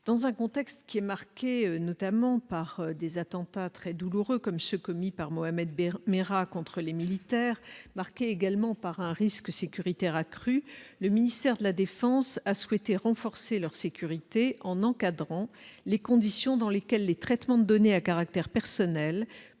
dans un contexte qui est marqué notamment par des attentats très douloureux comme ceux commis par Mohamed Meira contre les militaires marquée également par un risque sécuritaire accrue, le ministère de la Défense a souhaité renforcer leur sécurité, en encadrant les conditions dans lesquelles les traitements de données à caractère personnel pouvait